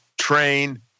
train